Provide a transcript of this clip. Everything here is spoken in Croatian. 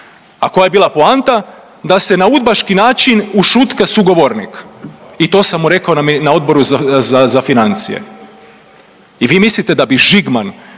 A koja je bila poanta? Da se na udbaški način ušutka sugovornik i to sam mu rekao na Odboru za financije. I vi mislite da bi Žigman